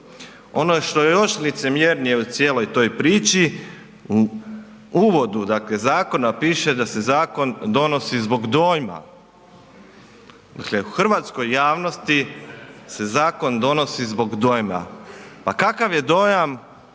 Ono što je još licemjernije u cijeloj toj priči u uvodu zakona dakle piše da se zakon donosi zbog dojma. Dakle, hrvatskoj javnosti se zakon donosi zbog dojma. Pa kakav je dojam